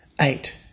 Eight